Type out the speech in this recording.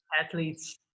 athletes